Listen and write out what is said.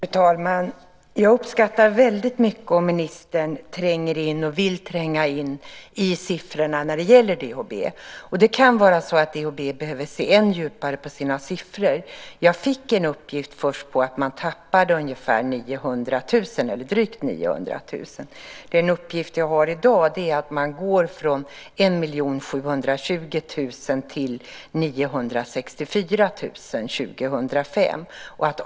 Fru talman! Jag uppskattar mycket om ministern tränger in i siffrorna för DHB. Det kan vara så att DHB behöver se ännu djupare på sina siffror. Jag fick först en uppgift om att man tappade drygt 900 000 kr. Den uppgift som jag har i dag är att man går från 1 720 000 till 964 000 kr år 2005.